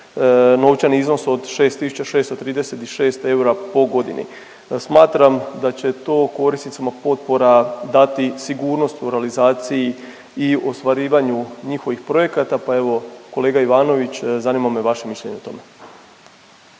novčani iznos od 6636 eura po godini. Smatram da će to korisnicima potpora dati sigurnost u realizaciji i ostvarivanju njihovih projekata pa evo, kolega Ivanović, zanima me vaše mišljenje o tome.